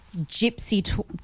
gypsy